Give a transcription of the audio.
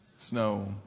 snow